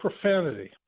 profanity